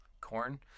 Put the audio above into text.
Corn